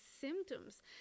symptoms